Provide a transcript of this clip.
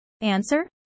Answer